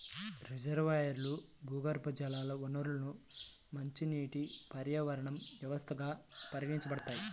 రిజర్వాయర్లు, భూగర్భజల వనరులు మంచినీటి పర్యావరణ వ్యవస్థలుగా పరిగణించబడతాయి